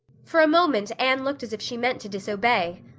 for a moment anne looked as if she meant to disobey.